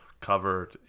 covered